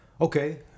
Okay